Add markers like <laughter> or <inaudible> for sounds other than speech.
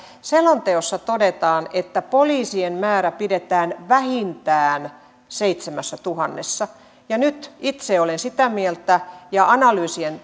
selonteossa todetaan että poliisien määrä pidetään vähintään seitsemässätuhannessa ja nyt itse olen sitä mieltä ja analyysien <unintelligible>